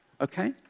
Okay